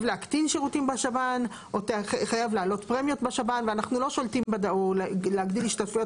להקטין שירותים בשב"ן או תחייב להעלות פרמיות בשב"ן או להגדיל השתתפויות